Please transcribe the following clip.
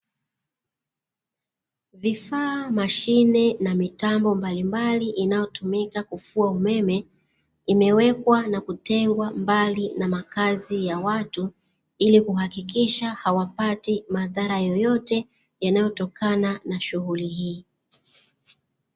Vifaa, mashine na mitambo mbalimbali inayotumika kufua imewekwa na kutengwa mbali na makazi ya watu ilikuhakikisha hawapati madhara yoyote yanayotokana na shughuli hii.